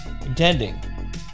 contending